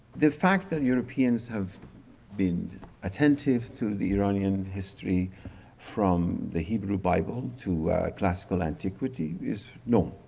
the fact that europeans have been attentive to the iranian history from the hebrew bible to classical antiquity is known.